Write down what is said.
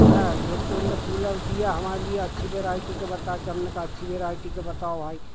हाँ एक तो उनने कूलर दिया हमारे लिए अच्छी भेरायटी का बता के हमने कहा अच्छी भेरायटी का बताओ भाई